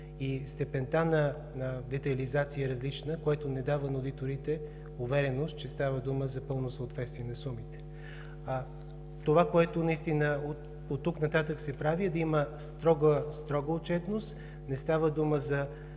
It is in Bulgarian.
и степента на детайлизация са различни, което не дава на одиторите увереност, че става дума за пълно съответствие на сумите. Това, което оттук нататък се прави, е да има строга отчетност, не става дума за